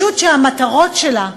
שהמטרות שלה,